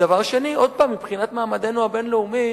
דבר שני, עוד פעם, מבחינת מעמדנו הבין-לאומי,